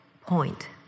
point